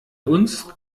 uns